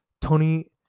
Tony